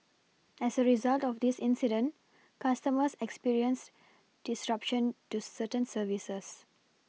as a result of this incident customers experienced disruption to certain services